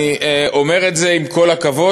אני אומר את זה עם כל הכבוד.